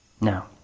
Now